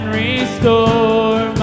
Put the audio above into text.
restore